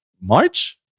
March